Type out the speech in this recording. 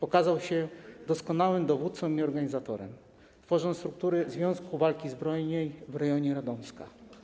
Okazał się doskonałym dowódcą i organizatorem, tworząc struktury Związku Walki Zbrojnej w rejonie Radomska.